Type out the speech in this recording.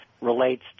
relates